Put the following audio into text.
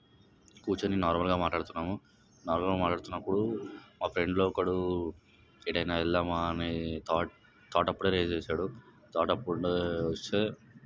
కూర్చొని నార్మల్గా మాట్లాడుతున్నాము నార్మల్గా మాట్లాడుతున్నప్పుడు మా ఫ్రెండ్లో ఒకడు ఎటైనా వెళ్దామా అన్న థాట్ థాట్ అప్పుడే రైస్ చేశాడు థాట్ అప్పుడు వస్తే